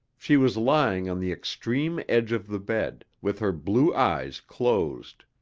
she was lying on the extreme edge of the bed, with her blue eyes closed.